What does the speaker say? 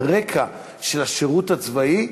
ברקע של השירות הצבאי,